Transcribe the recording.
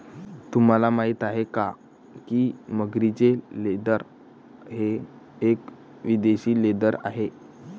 तुम्हाला माहिती आहे का की मगरीचे लेदर हे एक विदेशी लेदर आहे